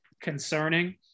concerning